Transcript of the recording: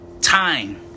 Time